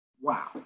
Wow